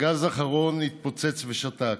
"פגז אחרון התפוצץ ושתק,